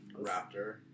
Raptor